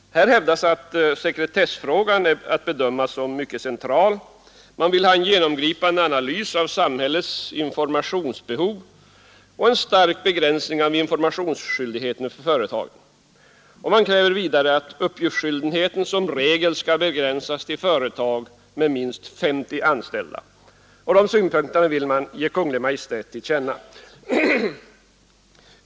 Här hävdas att sekretessfrågan är att bedöma som mycket central, man vill ha en genomgripande analys av samhällets informationsbehov och en stark begränsning av informationsskyldigheten för företagen, och man kräver vidare att uppgiftsskyldigheten som regel skall begränsas till företag med minst 50 anställda. Dessa synpunkter vill man ge Kungl. Maj:t till känna.